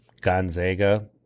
Gonzaga